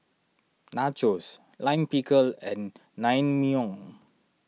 Nachos Lime Pickle and Naengmyeon